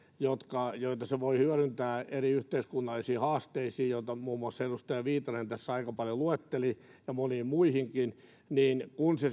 joita joita se voi hyödyntää eri yhteiskunnallisiin haasteisiin joita muun muassa edustaja viitanen tässä aika paljon luetteli ja moniin muihinkin niin se